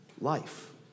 Life